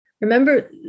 Remember